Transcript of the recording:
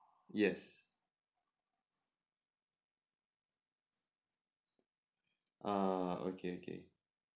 yes ah okay okay